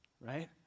right